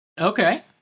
Okay